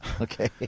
Okay